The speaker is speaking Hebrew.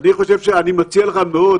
אני מציע לך מאוד,